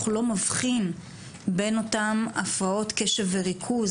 לא מבחין בין אותן הפרעות קשב וריכוז,